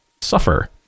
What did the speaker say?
suffer